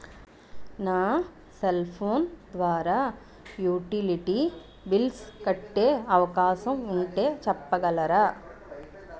నా cell phone ద్వారా utility bills కట్టే అవకాశం ఉంటే చెప్పగలరా?